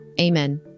Amen